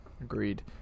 Agreed